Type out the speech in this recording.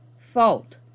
fault